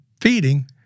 feeding